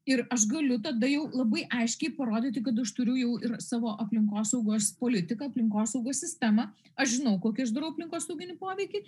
ir aš galiu tada jau labai aiškiai parodyti kad aš turiu jau ir savo aplinkosaugos politiką aplinkosaugos sistemą aš žinau kokį aš darau aplinkosauginį poveikį